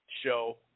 show